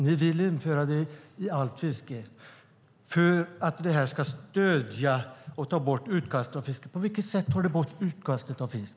Ni vill införa dem i allt fiske för att få bort utkastet av fisk. Men på vilket sätt skulle det ta bort utkastet av fisk?